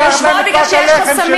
את לוקחת להם את פת הלחם שלהן.